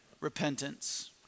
repentance